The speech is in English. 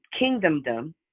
kingdomdom